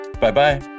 Bye-bye